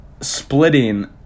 splitting